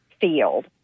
field